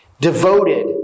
Devoted